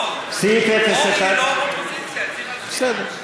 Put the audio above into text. סעיף 01, לא, היא לא, אופוזיציה, בסדר.